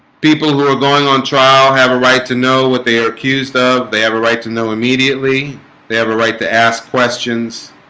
people who are going on trial have a right to know what they are accused of they have a right to know immediately they have a right to ask questions